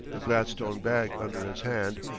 the gladstone bag under his hand,